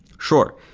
sure.